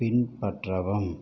பின்பற்றவும்